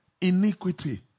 iniquity